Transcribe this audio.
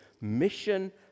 Mission